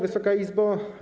Wysoka Izbo!